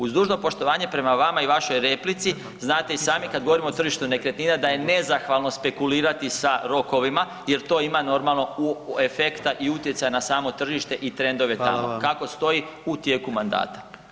Uz dužno poštovanje prema vama i vašoj replici znate i sami kad govorimo o tržištu nekretnina da je nezahvalno spekulirati sa rokovima jer to ima normalno efekta i utjecaja na samo tržište i trendove tamo [[Upadica: Hvala vam.]] kako stoji u tijeku mandata.